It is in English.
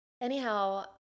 anyhow